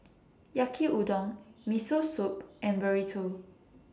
Yaki Udon Miso Soup and Burrito